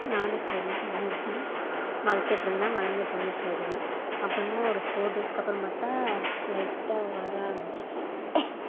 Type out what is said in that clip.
நானும் சரி தண்ணி ஊற்றி வளத்துட்டுருந்தேன் வளந்துட்டுருந்துச்சி அதுவும் அப்புறமா ஒரு ஃபோர் டேஸுக்கப்பறம் பார்த்தா லைட்டாக வளர ஆரம்பித்துச்சி